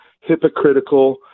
hypocritical